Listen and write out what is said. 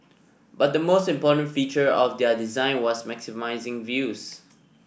but the most important feature of their design was maximising views